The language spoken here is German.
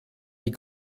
die